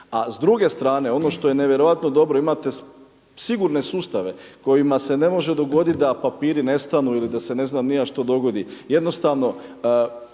A s druge strane ono to je nevjerojatno dobro, imate sigurne sustave kojima se ne može dogoditi da papiri nestanu ili da se ne znam ni ja što dogodi.